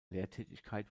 lehrtätigkeit